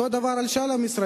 אותו דבר לגבי שאר המשרדים.